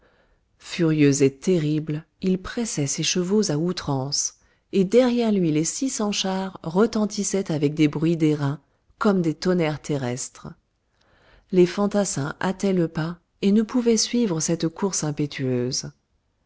furieux et terrible il pressait ses chevaux à outrance et derrière lui les six cents chars retentissaient avec des bruits d'airain comme des tonnerres terrestres les fantassins hâtaient le pas et ne pouvaient suivre cette course impétueuse